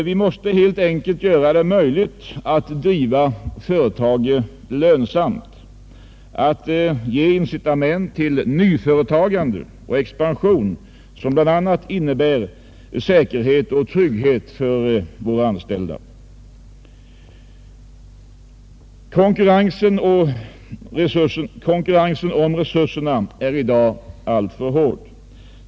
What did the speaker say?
Vi måste helt enkelt göra det möjligt att driva företag lönsamt, vi måste ge incitament till nyföretagande och expansion som bl.a. innebär säkerhet och trygghet för våra anställda. Konkurrensen om resurserna är i dag alltför hård.